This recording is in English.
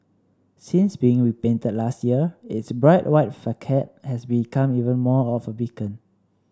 since being repainted last year its bright white facade has become even more of a beacon